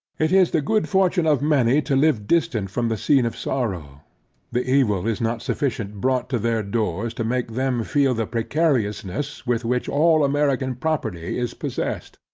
it is the good fortune of many to live distant from the scene of sorrow the evil is not sufficiently brought to their doors to make them feel the precariousness with which all american property is possessed.